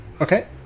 okay